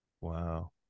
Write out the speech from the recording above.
Wow